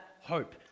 hope